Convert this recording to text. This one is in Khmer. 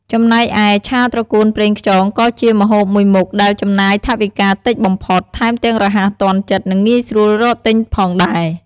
ចំណែកឯ ឆាត្រកួនប្រេងខ្យងក៏ជាម្ហូបមួយមុខដែលចំណាយថវិកាតិចបំផុត ថែមទាំងរហ័សទាន់ចិត្តនិងងាយស្រួលរកទិញផងដែរ។